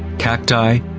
cacti,